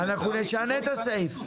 אנחנו נשנה את הסעיף.